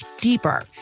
deeper